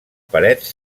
parets